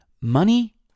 Money